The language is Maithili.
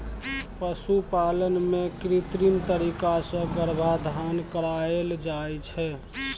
पशुपालन मे कृत्रिम तरीका सँ गर्भाधान कराएल जाइ छै